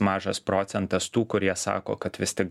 mažas procentas tų kurie sako kad vis tik